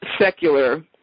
secular